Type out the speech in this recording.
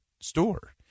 store